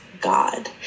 God